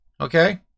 Okay